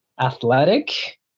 athletic